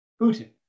Putin